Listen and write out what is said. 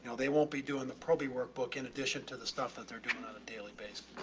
so they won't be doing the probie workbook in addition to the stuff that they're doing on a daily basis